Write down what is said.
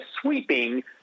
sweeping